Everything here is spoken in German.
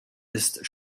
ist